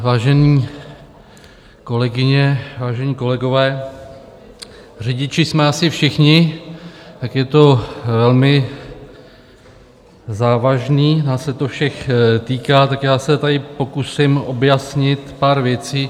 Vážené kolegyně, vážení kolegové, řidiči jsme asi všichni, tak je to velmi závažné, nás se to všech týká, tak se tady pokusím objasnit pár věcí.